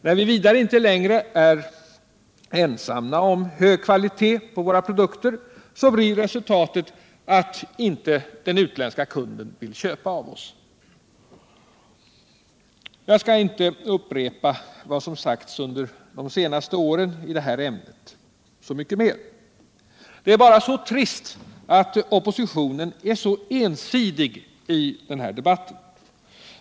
När vi vidare inte längre är ensamma om hög kvalitet på produkterna blir resultatet att den utländska kunden inte vill köpa av OSS. Jag skall inte mer upprepa vad som sagts under de senaste åren i detta ämne. Det är bara så trist att oppositionen är så ensidig i den här debatten.